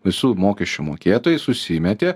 visų mokesčių mokėtojai susimetė